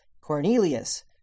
Cornelius